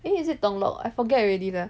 eh is it Thonglor I forget already 的